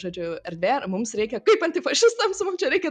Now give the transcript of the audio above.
žodžiu erdvė ir mums reikia kaip antifašistams mum čia reikia